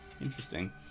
Interesting